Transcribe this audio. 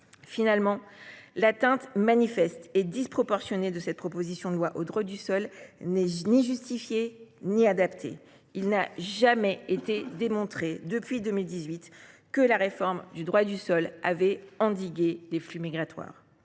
Finalement, l’atteinte manifeste et disproportionnée de cette proposition de loi au droit du sol n’est ni justifiée ni adaptée. Il n’a jamais été démontré depuis 2018 que la réforme du droit du sol avait endigué les flux migratoires.